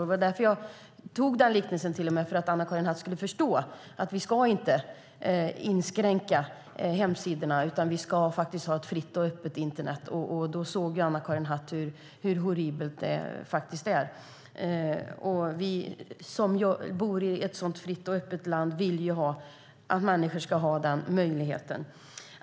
Det var därför jag gjorde den liknelsen, för att Anna-Karin Hatt skulle förstå att vi inte ska inskränka hemsidorna utan ska ha ett fritt och öppet internet. Då såg ju Anna-Karin Hatt hur horribelt det faktiskt är. Vi som bor i ett så fritt och öppet land vill ju att människor ska ha den möjligheten.